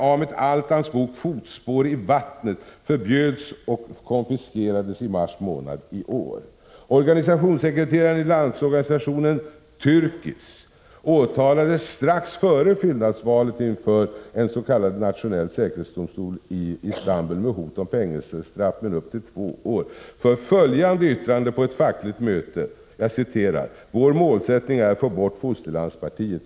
z ö SAN ; Turkiet av konventionhot om fängelsestraff på upp till två år, för följande yttrande på ett fackligt Som mäns klisa råder möte: Vår målsättning är att få bort fosterlandspartiet.